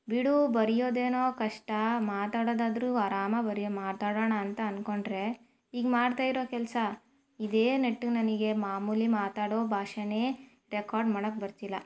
ಬಿಡು ಬರೆಯೊದೇನೋ ಕಷ್ಟ ಮಾತಾಡೋದಾದ್ರೂ ಆರಾಮಾಗಿ ಬರೀ ಮಾತಾಡೋಣ ಅಂತ ಅಂದ್ಕೊಂಡ್ರೆ ಈಗ ಮಾಡ್ತಾಯಿರೋ ಕೆಲಸ ಇದೇ ನೆಟ್ಟಗೆ ನನಗೆ ಮಾಮೂಲಿ ಮಾತಾಡೋ ಭಾಷೆನೇ ರೆಕಾರ್ಡ್ ಮಾಡೋಕೆ ಬರ್ತಿಲ್ಲ